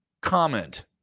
comment